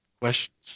questions